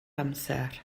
amser